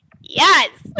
yes